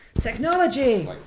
technology